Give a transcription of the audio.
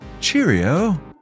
Cheerio